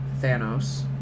Thanos